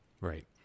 right